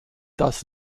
das